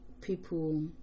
people